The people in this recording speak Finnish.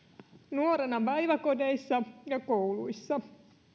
nuorena päiväkodeissa ja kouluissa